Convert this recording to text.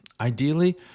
Ideally